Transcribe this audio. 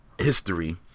history